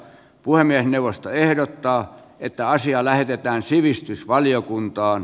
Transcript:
puhemiesneuvosto ehdottaa että asia lähetetään sivistysvaliokuntaan